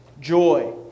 joy